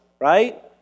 right